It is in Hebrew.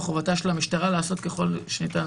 מחובתה של המשטרה לעשות ככל שניתן